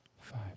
five